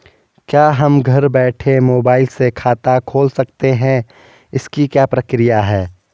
क्या हम घर बैठे मोबाइल से खाता खोल सकते हैं इसकी क्या प्रक्रिया है?